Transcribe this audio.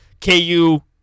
KU